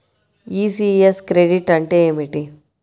ECS credit అంటే ఏమిటి?